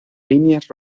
líneas